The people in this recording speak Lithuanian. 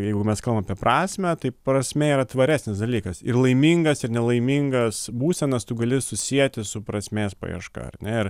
jeigu mes kalbam apie prasmę tai prasmė yra tvaresnis dalykas ir laimingas ir nelaimingas būsenas tu gali susieti su prasmės paieška ar ne ir